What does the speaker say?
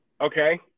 Okay